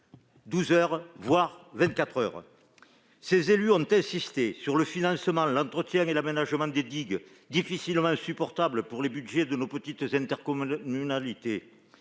heures, sinon vingt-quatre. Les élus ont également insisté sur le financement, l'entretien et l'aménagement des digues, difficilement supportables pour les budgets de nos petites intercommunalités.